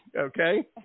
Okay